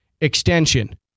extension